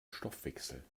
stoffwechsel